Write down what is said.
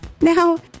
now